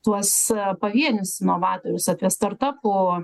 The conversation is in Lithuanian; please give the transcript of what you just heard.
tuos pavienius inovatorius apie startapų